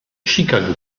chicago